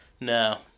No